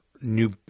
new